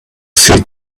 see